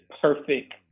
perfect